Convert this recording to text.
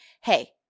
hey